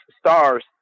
stars